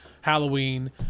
Halloween